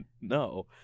no